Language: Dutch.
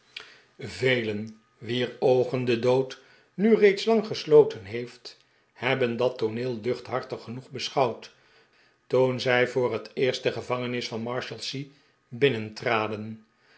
velen wier oogen de dood nu reeds lang gesloten heeft hebben dat tooneel luchthartig genoeg beschouwd toen zij voor het eerst de gevangenis van marshalsea